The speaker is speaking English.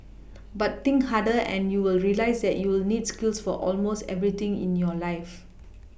but think harder and you will realise that you need skills for almost everything in your life